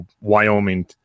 Wyoming